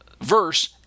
verse